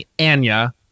Anya